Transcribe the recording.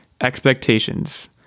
expectations